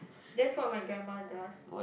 that's what my grandma does